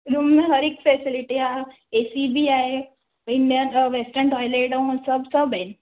room में हर हिकु फैसिलिटी आहे एसी बि आहे इंडियन वैस्टन टॉइलेट ऐं सभु सभु आहिनि